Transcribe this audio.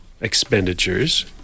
expenditures